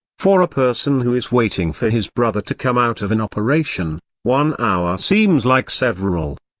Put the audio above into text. for a person who is waiting for his brother to come out of an operation, one hour seems like several.